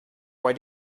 why